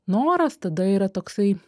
noras tada yra toksai